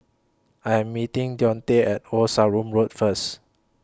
I Am meeting Dionte At Old Sarum Road First